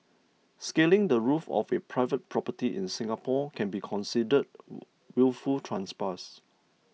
scaling the roof of a private property in Singapore can be considered wilful trespass